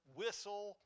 whistle